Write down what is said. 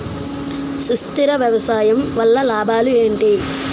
సుస్థిర వ్యవసాయం వల్ల లాభాలు ఏంటి?